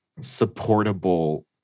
supportable